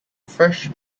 fresh